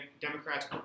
Democrats